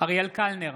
אריאל קלנר,